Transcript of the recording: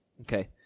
Okay